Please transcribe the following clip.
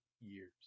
years